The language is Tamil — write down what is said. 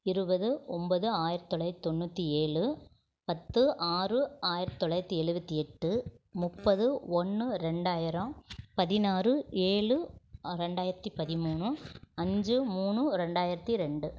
இருபது ஒன்பது ஆயிரத் தொளாயிரத்தி தொண்ணூற்றி ஏழு பத்து ஆறு ஆயிரத்தி தொள்ளாயிரத்தி எழுபத்தி எட்டு முப்பது ஒன்று ரெண்டாயிரம் பதினாறு ஏழு ரெண்டாயிரத்தி பதிமூணு அஞ்சு மூணு ரெண்டாயிரத்தி ரெண்டு